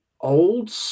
old